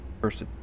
first